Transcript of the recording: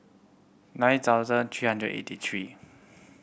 nine thousand three hundred eighty three